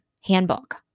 handbook